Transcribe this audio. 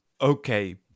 Okay